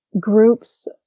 groups